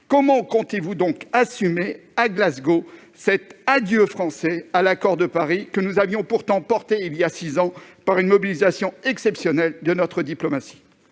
Gouvernement compte-t-il assumer, à Glasgow, cet adieu français à l'accord de Paris, que nous avions pourtant promu il y a six ans par une mobilisation exceptionnelle de notre diplomatie ?